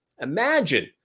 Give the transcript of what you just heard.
Imagine